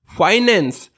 finance